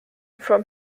from